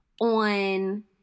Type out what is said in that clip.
on